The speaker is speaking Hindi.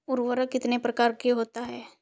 उर्वरक कितनी प्रकार के होता हैं?